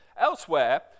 elsewhere